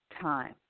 time